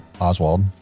Oswald